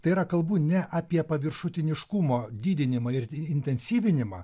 tai yra kalbu ne apie paviršutiniškumo didinimą ir intensyvinimą